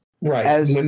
Right